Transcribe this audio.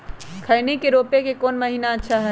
खैनी के रोप के कौन महीना अच्छा है?